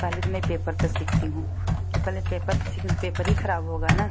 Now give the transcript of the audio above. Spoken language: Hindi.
पहले तो मैं पेपर पर सीखती हूँ कि पहले पेपर पर सीखूँ तो पेपर ही ख़राब होगा न